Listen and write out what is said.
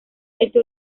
ese